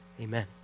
Amen